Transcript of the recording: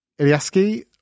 Ilyaski